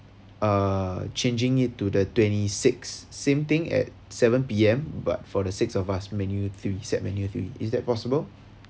uh changing it to the twenty sixth same thing at seven P_M but for the six of us menu three set menu three is that possible